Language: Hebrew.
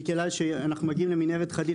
בגלל שאנחנו מגיעים למנהרת חדיד,